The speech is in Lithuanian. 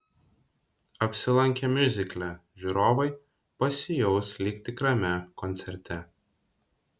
apsilankę miuzikle žiūrovai pasijaus lyg tikrame koncerte